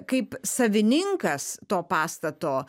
kaip savininkas to pastato